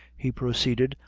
he proceeded,